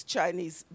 Chinese